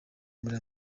muri